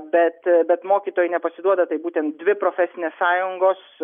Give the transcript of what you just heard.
bet bet mokytojai nepasiduoda tai būtent dvi profesinės sąjungos